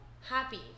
happy